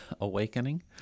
awakening